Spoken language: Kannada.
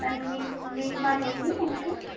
ನನ್ನನ್ನ ಮೀಟ್ ಮೀಟ್ ಮಾಡಿ ಹೋಗಿರಿ ಓಕೆ